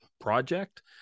project